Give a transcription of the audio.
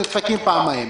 נדפקים פעמיים.